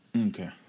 Okay